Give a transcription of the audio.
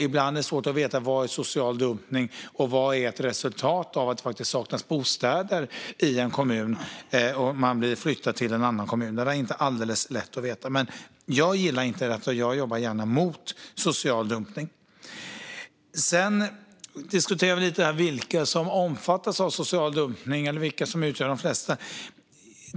Ibland är det svårt att veta vad som är social dumpning och vad som är ett resultat av att det faktiskt saknas bostäder i en kommun och att man blir flyttad till en annan kommun. Det är inte alldeles lätt att veta. Men jag gillar inte detta, och jag jobbar gärna emot social dumpning. Sedan diskuterade vi vilka som omfattas av social dumpning, eller vilka som utgör de flesta.